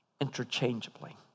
interchangeably